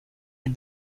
est